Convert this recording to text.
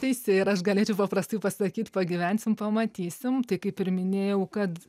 teisi ir aš galėčiau paprastai pasakyt pagyvensim pamatysim tai kaip ir minėjau kad